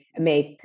make